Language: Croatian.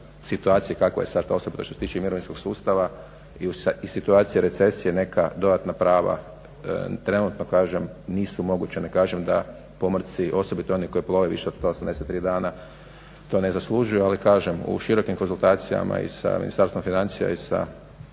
situaciji kakva je sad osobito što se tiče mirovinskog sustava i situacije recesije neka dodatna prava. Trenutno kažem nisu moguća. Ne kažem da pomorci osobito oni koji plove više od 183 dana to ne zaslužuju, ali kažem u širokim konzultacijama i sa Ministarstvom financija i sa